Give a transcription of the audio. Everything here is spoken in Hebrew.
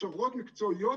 הכשרות מקצועיות,